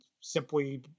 simply